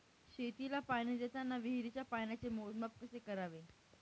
शेतीला पाणी देताना विहिरीच्या पाण्याचे मोजमाप कसे करावे?